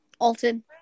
Alton